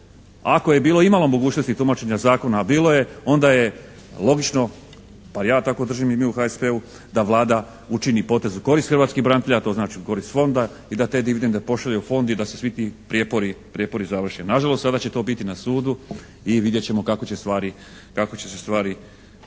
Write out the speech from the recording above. Ako je bilo imalo mogućnosti tumačenja zakona a bilo je onda je logično, bar ja tako držim i mi u HSP-u, da Vlada učini potez u korist hrvatskih branitelja a to znači u korist fonda i da te dividende pošalje u fond i da se svi ti prijepori završe. Nažalost, sada će to biti na sudu i vidjet ćemo kako će se stvari odvijati.